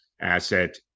asset